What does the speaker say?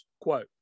Quote